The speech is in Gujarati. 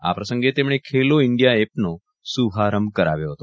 આ પ્રસંગે તેમણે ખેલો ઈન્ડિયા એપનો શુભાંરભ કરાવ્યો હતો